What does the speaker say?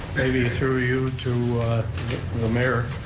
maybe through you to the mayor.